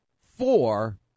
four